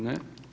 Ne.